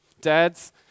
Dads